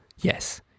yes